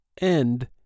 End